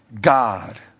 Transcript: God